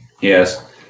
Yes